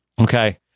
Okay